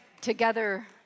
Together